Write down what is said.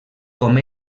com